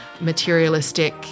materialistic